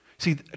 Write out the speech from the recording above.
See